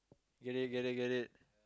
get it get it get it